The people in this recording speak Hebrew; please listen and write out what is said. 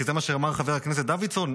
כי זה מה שאמר חבר הכנסת דוידסון?